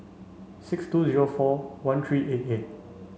six two zero four one three eight eight